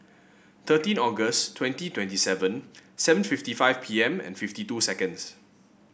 thirteen August twenty twenty seven seven fifty five P M and fifty two seconds